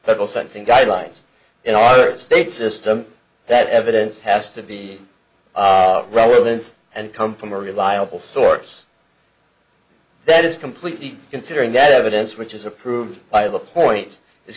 pedal sensing guidelines in our state system that evidence has to be relevant and come from a reliable source that is completely considering that evidence which is approved by the point is